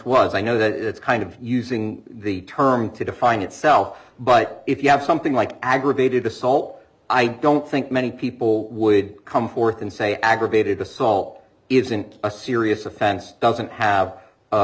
i know that it's kind of using the term to define itself but if you have something like aggravated assault i don't think many people would come forth and say aggravated assault isn't a serious offense doesn't have a